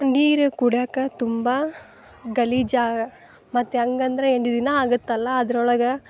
ನೀರು ಕುಡಿಯಕ್ಕೆ ತುಂಬ ಗಲೀಜು ಮತ್ತು ಹೆಂಗಂದ್ರೆ ಎಂಟು ದಿನ ಆಗುತ್ತಲ್ಲ ಅದರೊಳಗೆ